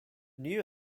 new